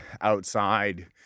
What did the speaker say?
outside